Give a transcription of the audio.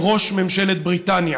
לראש ממשלת בריטניה,